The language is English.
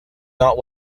not